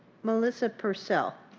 um alyssa purcell.